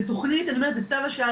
זה צו השעה.